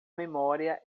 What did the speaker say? memória